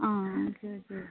आं okay okay